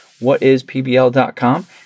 whatispbl.com